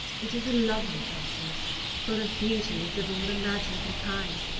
it is a lovely country full of beauties of all imaginable kinds,